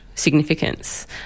significance